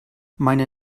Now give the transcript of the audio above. meine